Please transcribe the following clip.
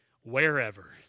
wherever